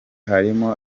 harimo